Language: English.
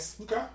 okay